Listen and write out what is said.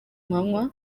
manywa